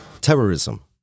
terrorism